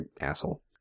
asshole